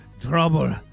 Trouble